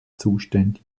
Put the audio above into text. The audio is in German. zuständig